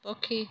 ପକ୍ଷୀ